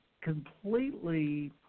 completely